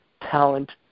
talent